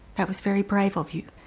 that was very brave of you.